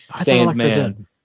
Sandman